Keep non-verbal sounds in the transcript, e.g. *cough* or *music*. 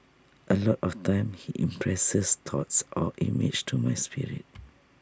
A lot of times he impresses thoughts or images to my spirit *noise*